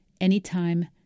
anytime